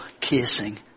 kissing